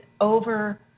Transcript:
over